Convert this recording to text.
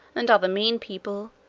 and other mean people,